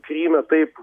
kryme taip